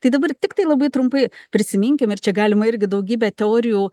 tai dabar tiktai labai trumpai prisiminkim ir čia galima irgi daugybę teorijų